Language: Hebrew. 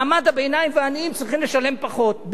מעמד הביניים והעניים צריכים לשלם פחות,